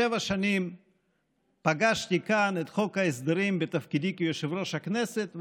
שבע שנים פגשתי כאן את חוק ההסדרים בתפקידי כיושב-ראש הכנסת,